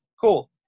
cool